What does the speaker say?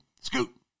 Scoot